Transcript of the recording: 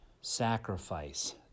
sacrifice